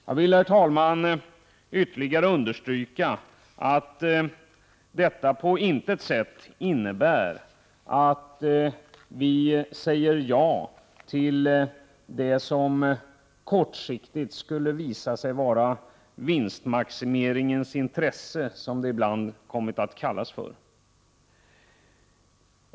Jag vill, herr talman, ytterligare understryka att detta på intet sätt innebär att vi säger ja till det som kortsiktigt skulle visa sig vara vinstmaximeringens intresse, som det ibland kommit att kallas för.